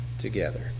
together